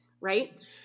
Right